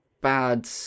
bad